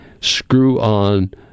screw-on